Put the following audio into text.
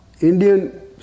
Indian